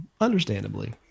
understandably